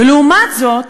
לעומת זאת,